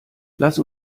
lass